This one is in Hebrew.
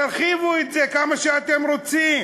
תרחיבו את זה כמה שאתם רוצים.